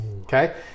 Okay